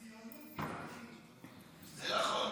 הציונים גזענים.